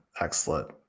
Excellent